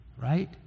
right